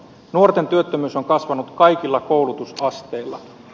nuorten työttömyys on kasvanut kaikilla koulutusasteilla